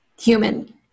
human